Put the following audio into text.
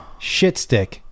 Shitstick